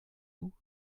vous